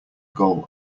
goal